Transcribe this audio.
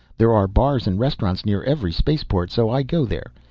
there are bars and restaurants near every spaceport so i go there.